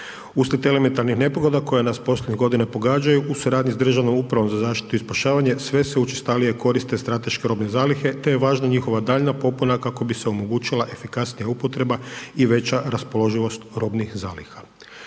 Uslijed elementarnih nepogoda koje nas posljednjih godina pogađaju, u suradnji s Državnom upravom za zaštitu i spašavanje, sve se učestalije koriste strateške robne zalihe te je važna njihova daljnja popuna kako bi se omogućila efikasnija upotreba i veća raspoloživost robnih zaliha.